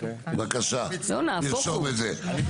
בבקשה, תרשום את זה.